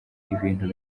ibintu